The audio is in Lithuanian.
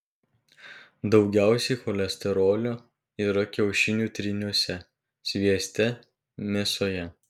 daugiausiai cholesterolio yra kiaušinių tryniuose svieste mėsoje